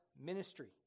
ministry